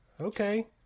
Okay